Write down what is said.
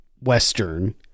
Western